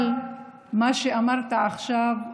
אבל מה שאמרת עכשיו,